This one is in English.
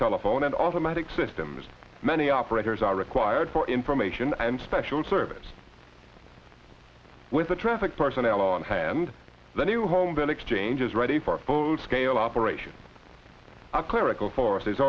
telephone and automatic systems many operators are required for information and special service with the traffic personnel on hand the new home the next change is ready for a full scale operation a clerical forces